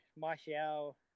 Martial